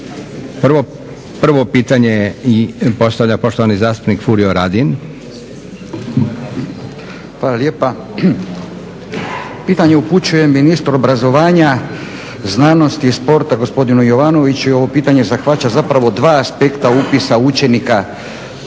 Prvo pitanje postavlja poštovani zastupnik Furio Radin. **Radin, Furio (Nezavisni)** Hvala lijepa. Pitanje upućujem ministru obrazovanja, znanosti i sporta gospodinu Jovanoviću i ovo pitanje zahvaća zapravo dva aspekta upisa učenika u